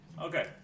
Okay